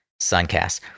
Suncast